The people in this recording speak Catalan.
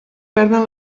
perden